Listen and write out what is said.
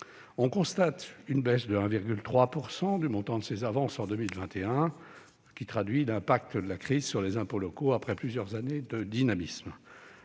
On constate une baisse de 1,3 % du montant de ces avances en 2021, cette baisse traduisant les effets de la crise sur les impôts locaux, après plusieurs années de dynamisme.